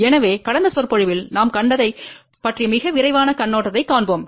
எனவே கடந்த சொற்பொழிவில் நாம் கண்டதைப் பற்றிய மிக விரைவான கண்ணோட்டத்தைக் காண்போம்